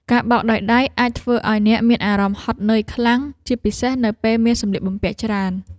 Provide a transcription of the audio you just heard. ការបោកដោយដៃអាចធ្វើឱ្យអ្នកមានអារម្មណ៍ហត់នឿយខ្លាំង ជាពិសេសនៅពេលមានសម្លៀកបំពាក់ច្រើន។